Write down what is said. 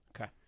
Okay